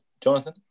Jonathan